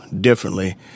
differently